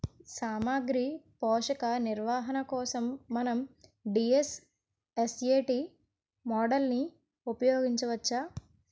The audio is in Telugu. సామాగ్రి పోషక నిర్వహణ కోసం మనం డి.ఎస్.ఎస్.ఎ.టీ మోడల్ని ఉపయోగించవచ్చా?